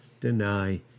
deny